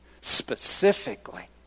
specifically